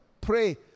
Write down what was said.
pray